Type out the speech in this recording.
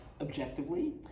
objectively